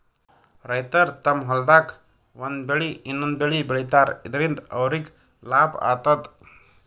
ರೈತರ್ ತಮ್ಮ್ ಹೊಲ್ದಾಗ್ ಒಂದ್ ಬೆಳಿ ಇನ್ನೊಂದ್ ಬೆಳಿ ಬೆಳಿತಾರ್ ಇದರಿಂದ ಅವ್ರಿಗ್ ಲಾಭ ಆತದ್